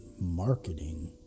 marketing